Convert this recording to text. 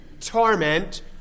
torment